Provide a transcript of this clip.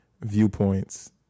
viewpoints